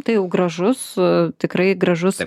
tai jau gražus tikrai gražus